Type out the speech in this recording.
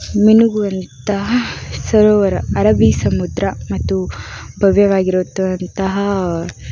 ಮಿನುಗುವಂತಹ ಸರೋವರ ಅರಬ್ಬೀ ಸಮುದ್ರ ಮತ್ತು ಭವ್ಯವಾಗಿರುವಂತಹ